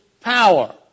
power